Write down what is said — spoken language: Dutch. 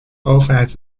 overheid